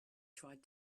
tried